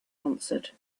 answered